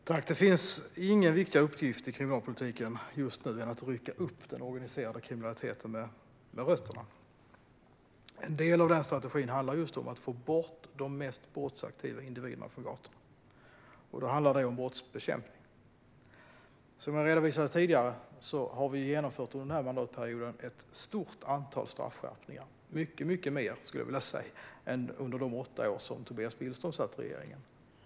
Fru talman! Det finns ingen viktigare uppgift just nu i kriminalpolitiken än att rycka upp den organiserade kriminaliteten med rötterna. En del av denna strategi handlar just om att få bort en del av de mest brottsaktiva individerna från gatorna. Då handlar det om brottsbekämpning. Som jag redovisade tidigare har vi under denna mandatperiod genomfört ett stort antal straffskärpningar, mycket mer än under de åtta år som Tobias Billström satt i regeringen, skulle jag vilja säga.